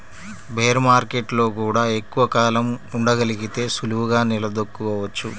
bear మార్కెట్టులో గూడా ఎక్కువ కాలం ఉండగలిగితే సులువుగా నిలదొక్కుకోవచ్చు